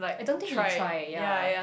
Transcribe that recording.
I don't think he try ya